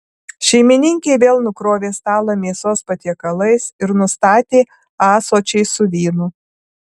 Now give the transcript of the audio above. šeimininkė vėl nukrovė stalą mėsos patiekalais ir nustatė ąsočiais su vynu